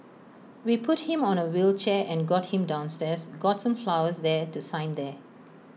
we put him on A wheelchair and got him downstairs got some flowers there to sign there